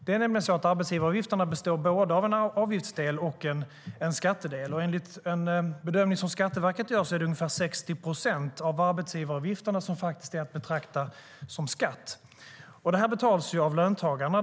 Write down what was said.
De består nämligen både av en avgiftsdel och av en skattedel. Enligt Skatteverkets bedömning är det ungefär 60 procent av arbetsgivaravgifterna som är att betrakta som skatt. Detta betalas av löntagarna.